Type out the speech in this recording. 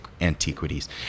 antiquities